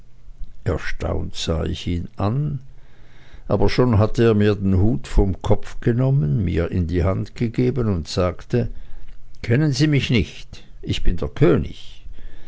erstaunt sah ich ihn an aber schon hatte er mir den hut vom kopfe genommen mir in die hand gegeben und sagte kennen sie mich nicht ich bin der könig